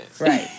Right